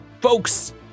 Folks